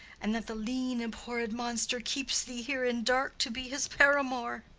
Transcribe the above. and that the lean abhorred monster keeps thee here in dark to be his paramour?